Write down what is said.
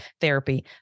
therapy